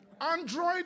Android